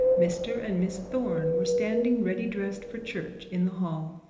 mr and miss thorne were standing ready dressed for church in the hall,